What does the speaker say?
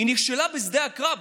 היא נכשלה בשדה הקרב,